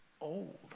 old